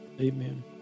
Amen